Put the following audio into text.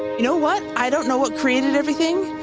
you know what? i don't know what created everything,